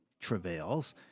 travails